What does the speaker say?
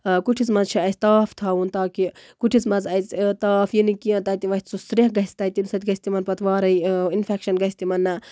کُٹھِس منٛز چھُ اَسہِ تاپھ تھاوُن تاکہِ کُٹھِس منٛز اَژِ تاپھ یِہِ نہٕ کیٚنہہ کہِ تَتہِ ۄتھہِ سُہ سریہہ گژھِ تَتہِ اَمہِ سۭتۍ گژھِ یِمَن وارٕے سُہ اِنفیکشَن گژھِ تِمن